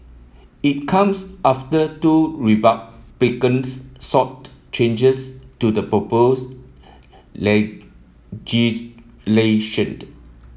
it comes after two republicans sought changes to the proposed legislation